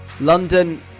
London